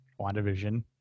WandaVision